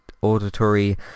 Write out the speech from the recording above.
auditory